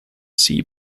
sea